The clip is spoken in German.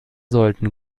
sollten